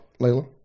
Layla